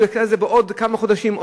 בעוד כמה חודשים,